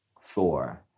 four